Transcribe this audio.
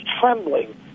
trembling